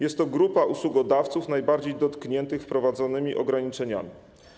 Jest to grupa usługodawców najbardziej dotkniętych wprowadzonymi ograniczeniami.